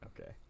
Okay